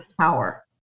power